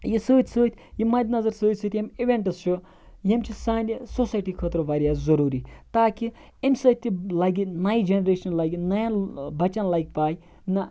یہِ سۭتۍ سۭتۍ یہِ مَد نَظَر سۭتۍ سۭتۍ اِویٚنٹٕس چھُ یِم چھِ سانہِ سوسایٹی خٲطرٕ واریاہ ضروٗری تاکہِ امہِ سۭتۍ تہِ لَگہِ نَیہِ جنریشنہِ لَگہِ نَیَن بَچَن لَگہِ پَاے نہَ